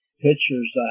pictures